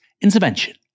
intervention